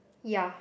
ya